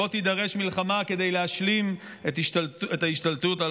שבו תידרש מלחמה כדי להשלים את ההשתלטות על